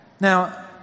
Now